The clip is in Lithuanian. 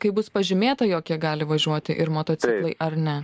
kai bus pažymėta jog jie gali važiuoti ir motociklai ar ne